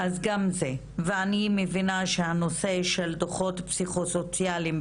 אז גם זה ואני מבינה שהנושא של דוחות פסיכוסוציאליים,